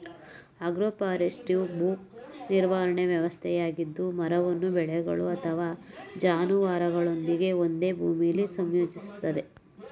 agroforestry ಭೂ ನಿರ್ವಹಣಾ ವ್ಯವಸ್ಥೆಯಾಗಿದ್ದು ಮರವನ್ನು ಬೆಳೆಗಳು ಅಥವಾ ಜಾನುವಾರುಗಳೊಂದಿಗೆ ಒಂದೇ ಭೂಮಿಲಿ ಸಂಯೋಜಿಸ್ತದೆ